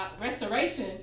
restoration